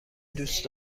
دوست